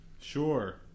Sure